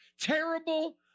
Terrible